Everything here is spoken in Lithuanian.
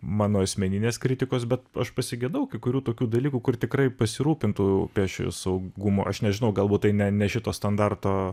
mano asmeninės kritikos bet aš pasigedau kai kurių tokių dalykų kur tikrai pasirūpintų pėsčiojo saugumu aš nežinau galbūt tai ne ne šito standarto